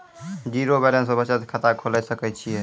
Zero balance पर बचत खाता खोले सकय छियै?